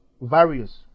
various